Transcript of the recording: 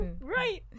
right